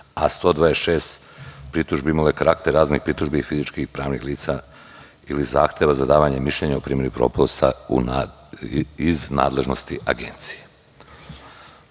a 126 pritužbi imalo je karakter raznih pritužbi fizičkih i pravnih lica ili zahteva za davanje mišljenja u primeni propusta iz nadležnosti Agencije. Od